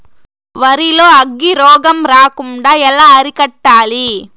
వరి లో అగ్గి రోగం రాకుండా ఎలా అరికట్టాలి?